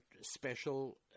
special